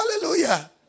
Hallelujah